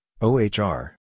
OHR